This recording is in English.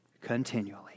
continually